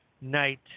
night